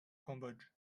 cambodge